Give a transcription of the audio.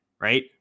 right